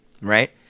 right